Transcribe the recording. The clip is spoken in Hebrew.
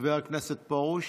חבר הכנסת פרוש,